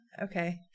Okay